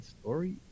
story